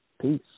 Peace